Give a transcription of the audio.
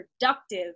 productive